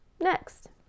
next